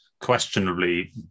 questionably